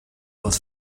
was